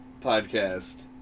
podcast